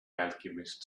alchemist